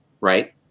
right